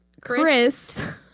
Chris